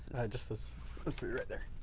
just this. this one right there.